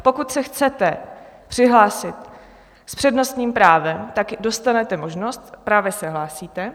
Pokud se chcete přihlásit s přednostním právem, dostanete možnost, právě se hlásíte.